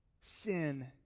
sin